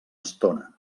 estona